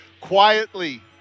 quietly